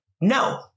No